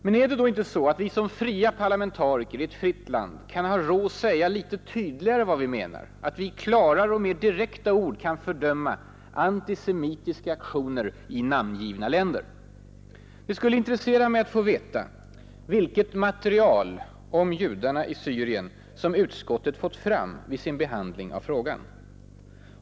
Men är det då inte så att vi som fria parlamentariker i ett fritt land kan ha råd att säga litet tydligare vad vi menar, att vi i klarare och mer direkta ord kan fördöma antisemitiska aktioner i namngivna länder? Det skulle intressera mig att få veta vilket material om judarna i Syrien som utskottet fått fram vid sin behandling av frågan.